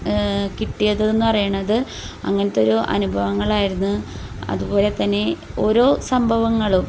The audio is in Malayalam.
കിട്ടിയതെന്നു പറയണത് അങ്ങനത്തെയൊരു അനുഭവങ്ങളായിരുന്നു അതുപോലെത്തന്നെ ഓരോ സംഭവങ്ങളും